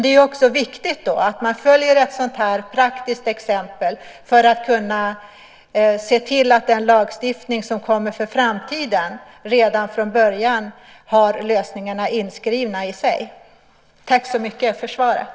Dock är det viktigt att man då också följer ett sådant här praktiskt exempel för att kunna se till att den lagstiftning som kommer för framtiden redan från början har lösningarna inskrivna i sig. Tack så mycket för svaret!